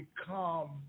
become